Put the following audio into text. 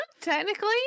technically